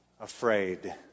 afraid